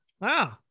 wow